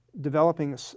developing